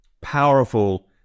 powerful